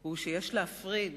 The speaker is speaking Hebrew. הוא שיש להפריד